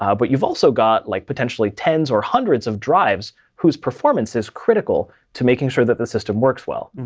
ah but you've also got like potentially tens or hundreds of drives whose performance is critical to making sure that the system works well,